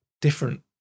different